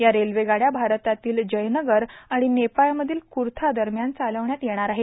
या रेल्वेगाडया भारतातील जयनगर आणि नेपाळमधील कुर्थादरम्यान चालवण्यात येणार आहेत